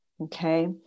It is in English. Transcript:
Okay